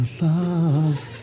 love